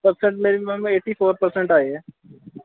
percent ਮੇਰੇ ma'am eighty four percent ਆਏ ਹੈ